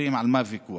אומרים: על מה הוויכוח?